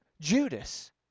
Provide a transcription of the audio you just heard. Judas